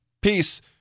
Peace